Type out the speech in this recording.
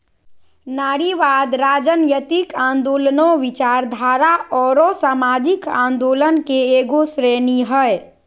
नारीवाद, राजनयतिक आन्दोलनों, विचारधारा औरो सामाजिक आंदोलन के एगो श्रेणी हइ